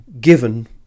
given